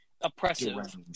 oppressive